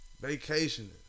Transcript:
Vacationing